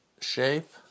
shape